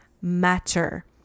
matter